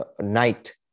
night